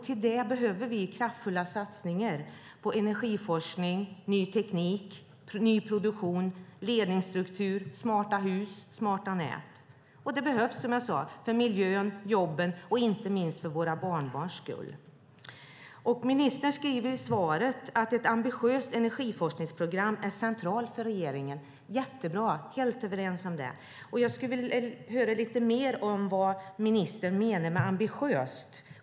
Till detta behöver vi kraftfulla satsningar på energiforskning, ny teknik, ny produktion, ledningsstruktur, smarta hus och smarta nät. Det behövs, som jag sade, för miljön, jobben och inte minst för våra barnbarns skull. Ministern skriver i svaret att ett ambitiöst energiforskningsprogram är centralt för regeringen. Det är jättebra. Vi är helt överens om det. Jag skulle vilja höra lite mer om vad ministern menar med "ambitiöst"?